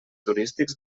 turístics